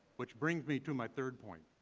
which bring me to my third point.